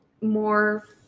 more